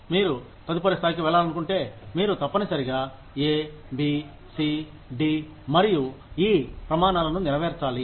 మీరు తదుపరి స్థాయికి వెళ్లాలనుకుంటే మీరు తప్పనిసరిగా ఏ బి సి డి మరియు ఈ ప్రమాణాలను నెరవేర్చాలి